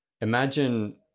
imagine